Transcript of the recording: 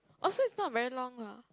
oh so it's not very long leh